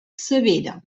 severa